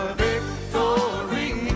victory